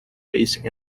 base